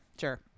Sure